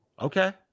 Okay